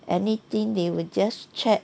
anything they will just check